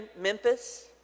Memphis